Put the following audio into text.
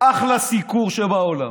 אחלה סיקור שבעולם.